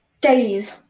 days